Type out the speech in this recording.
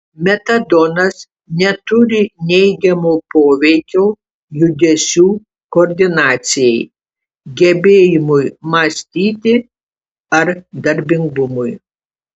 metadonas neturi neigiamo poveikio judesių koordinacijai gebėjimui mąstyti ar darbingumui